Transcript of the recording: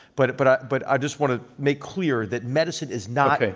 but but ah but i just want to make clear that medicine is not ah